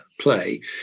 play